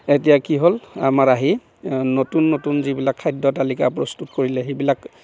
এতিয়া কি হ'ল আমাৰ আহি নতুন নতুন যিবিলাক খাদ্য়তালিকা প্ৰস্তুত কৰিলে সেইবিলাক